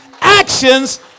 actions